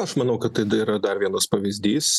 aš manau kad tai yra dar vienas pavyzdys